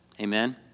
amen